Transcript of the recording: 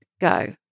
go